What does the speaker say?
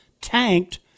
tanked